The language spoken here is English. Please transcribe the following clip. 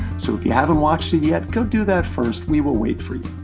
so if you haven't watched it yet, go do that first. we will wait for you.